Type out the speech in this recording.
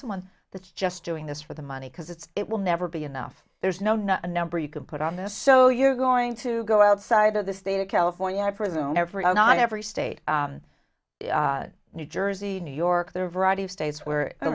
someone that's just doing this for the money because it's it will never be enough there's no not a number you can put on this so you're going to go outside of the state of california i presume every i know every state new jersey new york there are a variety of states where i